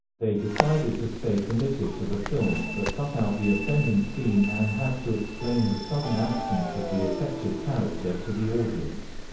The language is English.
they decided to stay committed to the film, but cut out the offending scene and had to explain the sudden absence of the affected character to the audience.